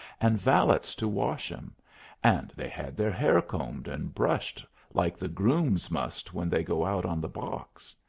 and valets to wash em and they had their hair combed and brushed like the grooms must when they go out on the box.